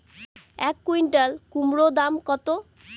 এক কুইন্টাল কুমোড় দাম কত?